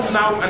now